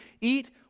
eat